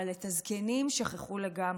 אבל את הזקנים שכחו לגמרי.